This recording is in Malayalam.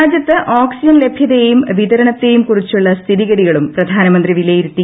രാജ്യത്ത് ഓക്സിജൻ ലഭ്യതയെയും വിതരണത്തെയും കുറിച്ചുള്ള സ്ഥിതിഗതികളും പ്രധാനമന്ത്രി വിലയിരുത്തി